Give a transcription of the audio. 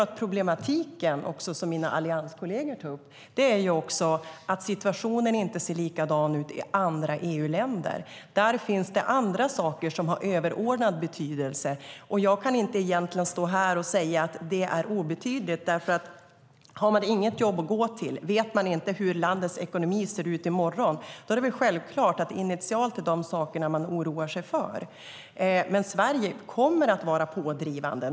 Det problem som mina allianskolleger har tagit upp är att situationen inte ser likadan ut i andra EU-länder. Där finns det andra saker som har överordnad betydelse. Jag kan inte stå här och säga att det är obetydligt. Har man inget jobb att gå till och vet man inte hur landets ekonomi ser ut i morgon är det självklart att det initialt är de sakerna man oroar sig för. Sverige kommer att vara pådrivande.